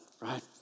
right